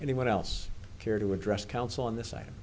anyone else care to address council on this site